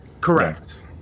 Correct